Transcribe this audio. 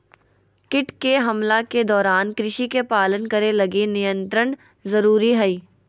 कीट के हमला के दौरान कृषि के पालन करे लगी नियंत्रण जरुरी हइ